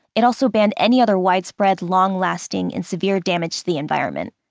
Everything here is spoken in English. it also banned any other widespread, long-lasting, and severe damage to the environment.